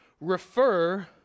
refer